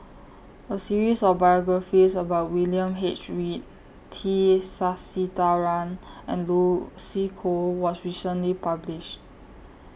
A series of biographies about William H Read T Sasitharan and Lucy Koh was recently published